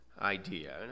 idea